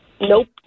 Nope